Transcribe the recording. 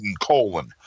colon